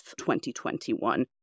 2021